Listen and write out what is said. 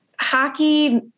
Hockey